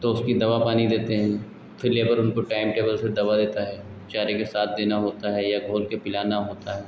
तो उसकी दवा पानी देते हैं फिर लेबर उसको टाइम टेबल से दवा देता है चारे के साथ देना होता है या घोलकर पिलाना होता है